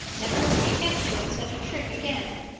never let me catch you at such a trick again.